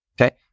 Okay